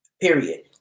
Period